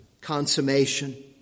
consummation